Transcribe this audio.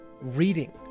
reading